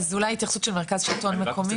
אז אולי התייחסות של מרכז שלטון מקומי?